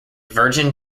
virgin